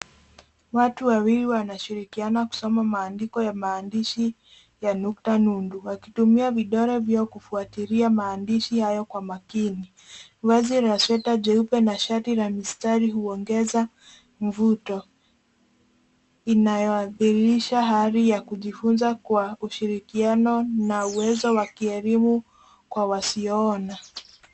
Watu wawili wanashirikiana kusoma maandiko ya maandishi ya nukta nundu wakitumia vidole vyao kufuatilia maandishi hayo kwa makini. Vazi la sweta jeupe na shati la mistari huongeza mvuto inayodhihirisha hali ya kujifunza kwa ushirikiano na uwezo wa kielimu kwa wasioona.